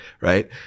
right